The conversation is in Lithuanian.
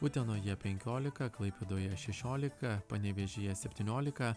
utenoje penkiolika klaipėdoje šešiolika panevėžyje septyniolika